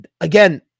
Again